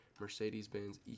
mercedes-benz